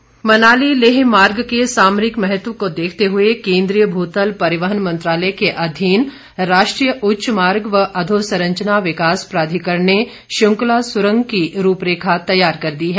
शिंकुला सुरंग मनाली लेह मार्ग के सामरिक महत्व को देखते हुए केन्द्रीय भूतल परिवहन मंत्रालय के अधीन राष्ट्रीय उच्च मार्ग व अधोसंरचना विकास प्राधिकरण ने शिंकुला सुरंग की रूपरेखा तैयार कर दी है